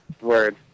Word